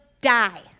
die